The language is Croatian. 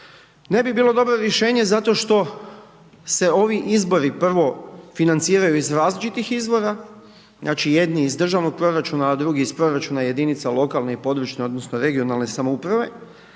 ne bi bilo dobro rješenje zato što se ovi izbori prvo financiraju iz različitih izvora, znači, jedni iz državnog proračuna, a drugi iz proračuna jedinica lokalne i područne odnosno regionalne samouprave,